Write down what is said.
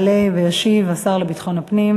יעלה וישיב השר לביטחון הפנים